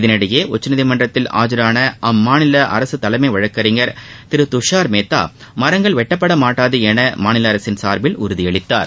இதனிடையே உச்சநீதிமன்றத்தில் ஆஜரான அம்மாநில அரசின் தலைமை வழக்கறிஞர் திரு துஷார் மேத்தா மரங்கள் வெட்டப்பட மாட்டாது என மாநில அரசின் சார்பில் உறுதியளித்தார்